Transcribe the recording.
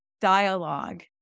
dialogue